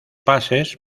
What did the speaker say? pases